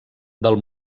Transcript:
del